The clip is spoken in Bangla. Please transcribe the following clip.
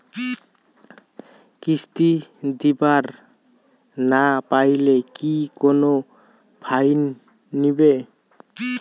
কিস্তি দিবার না পাইলে কি কোনো ফাইন নিবে?